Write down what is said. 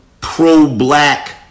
pro-black